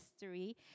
history